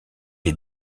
est